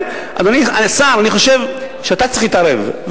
אדוני השר, אני חושב שאתה צריך להתערב.